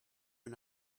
and